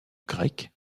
grec